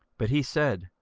but he said,